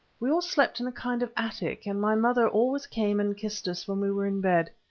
we all slept in a kind of attic, and my mother always came and kissed us when we were in bed.